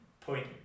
point